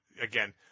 again